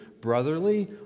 brotherly